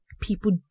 people